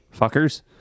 fuckers